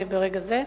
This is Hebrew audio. ברגע זה,